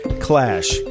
Clash